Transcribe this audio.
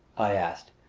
i asked.